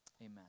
Amen